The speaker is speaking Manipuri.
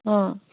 ꯑ